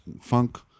funk